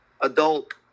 adult